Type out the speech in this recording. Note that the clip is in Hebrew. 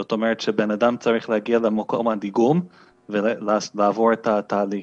זאת אומרת שבן אדם צריך להגיע למקום הדיגום ולעבור את התהליך.